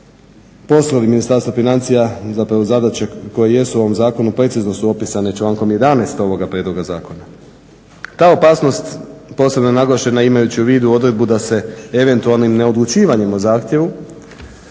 Poslovi Ministarstva financija zapravo zadaće koje jesu u ovom zakonu precizno su opisane člankom 11. ovoga prijedloga zakona. Ta je opasnost posebno naglašena imajući u vidu odredbu da se eventualnim neodlučivanjem o zahtjevu